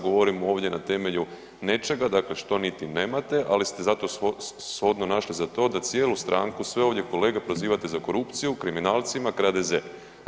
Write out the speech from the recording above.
Govorimo ovdje na temelju nečega dakle što niti nemate, ali ste zato shodno našli za to da cijelu stranku, sve ovdje kolege prozivate za korupciju, kriminalcima, kradeze.